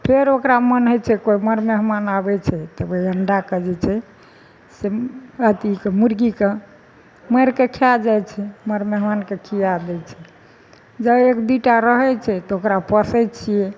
फेर ओकरा मन होइ छै कोइ मर मेहमान आबै छै तऽ ओहि अंडाके जे छै से अथी कऽ मुर्गीके मारि कऽ खाए जाइ छै मर मेहमानके खिया दै छै जऽ एक दुइ टा रहै छै तऽ ओकरा पोसै छियै